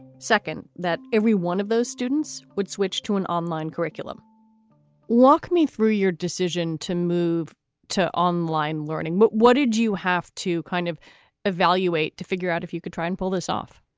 second, that every one of those students would switch to an online curriculum walk me through your decision to move to online learning. but what did you have to kind of evaluate to figure out if you could try and pull this off?